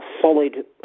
solid